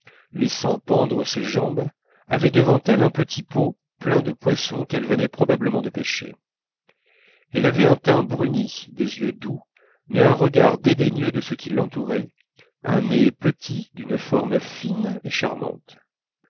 laissant pendre ses jambes avait devant elle un petit pot plein de poissons qu'elle venait probablement de pêcher elle avait un teint bruni des yeux doux mais un regard dédaigneux de ce qui l'entourait un petit nez d'une forme fine et charmante